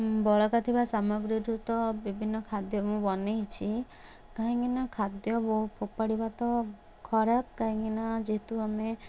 ବଳକା ଥିବା ସାମଗ୍ରୀରୁ ତ ବିଭିନ୍ନ ଖାଦ୍ଯ ମୁଁ ବନେଇଛି କାହିଁକିନା ଖାଦ୍ଯ ବହୁ ଫୋପାଡ଼ିବା ତ ଖରାପ କାହିଁକି ନା ଯେହେତୁ ଆମେ